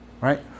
right